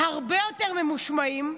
הרבה יותר ממושמעים,